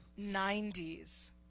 90s